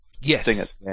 Yes